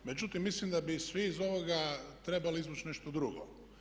Međutim, mislim da bi svi iz ovoga trebali izvući nešto drugo.